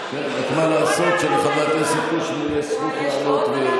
שנעשו עם המשותפת, יחד עם אורבך וחבריו.